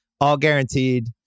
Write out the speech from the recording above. all-guaranteed